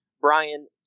Brian